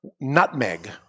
nutmeg